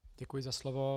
Děkuji za slovo.